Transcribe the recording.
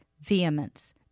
vehemence